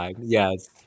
Yes